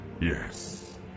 yes